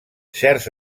certs